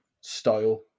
style